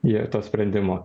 jie to sprendimo